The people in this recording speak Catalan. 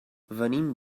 venim